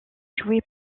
jouée